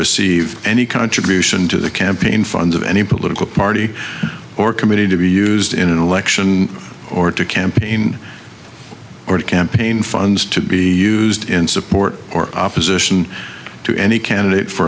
receive any contribution to the campaign funds of any political party or committee to be used in an election or to campaign or to campaign funds to be used in support or opposition to any candidate for